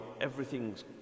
everything's